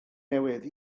newydd